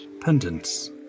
pendants